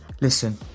listen